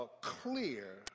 clear